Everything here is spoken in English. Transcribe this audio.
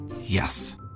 Yes